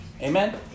Amen